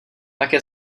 také